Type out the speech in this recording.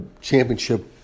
championship